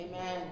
Amen